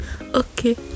okay